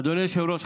אדוני היושב-ראש,